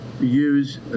use